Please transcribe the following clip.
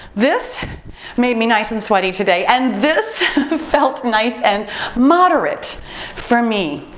this made me nice and sweaty today and this felt nice and moderate for me.